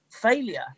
failure